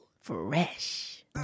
Fresh